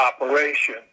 operation